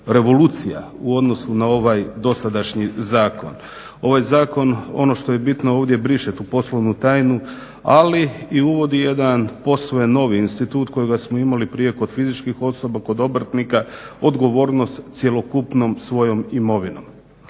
revolucija u odnosu na ovaj dosadašnji zakon. Ovaj Zakon ono što je bitno ovdje briše tu poslovnu tajnu, ali i uvodi jedan posve novi institut kojega smo imali prije kod fizičkih osoba, kod obrtnika, odgovornost cjelokupnom svojom imovinom.